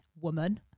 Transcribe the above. woman